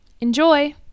Enjoy